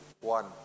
One